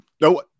no